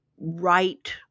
right